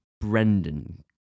Brendan